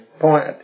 point